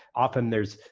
often there's,